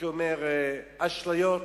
אשליות,